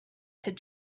had